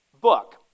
book